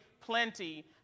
plenty